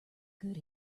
good